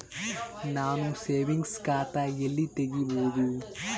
ನಾನು ಸೇವಿಂಗ್ಸ್ ಖಾತಾ ಎಲ್ಲಿ ತಗಿಬೋದು?